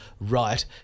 right